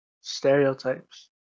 stereotypes